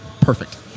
perfect